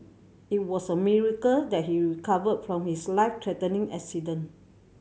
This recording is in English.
it was a miracle that he recovered from his life threatening accident